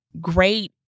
great